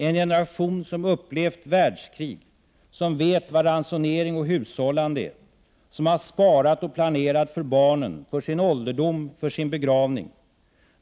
En generation som upplevt världskrig, som vet vad ransonering och hushållande är, som har sparat och planerat för barnen, för sin ålderdom, för sin begravning.